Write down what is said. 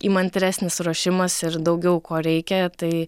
įmantresnis ruošimas ir daugiau ko reikia tai